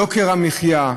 יוקר המחיה?